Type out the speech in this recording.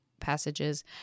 passages